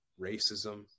racism